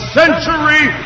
century